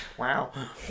Wow